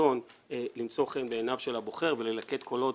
הרצון למצוא חן בעיניו של הבוחר וללקט קולות